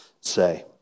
say